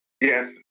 Yes